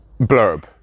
blurb